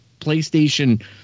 PlayStation